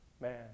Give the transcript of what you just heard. Man